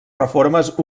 reformes